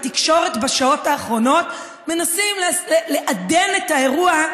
בתקשורת בשעות האחרונות מנסים לעדן את האירוע,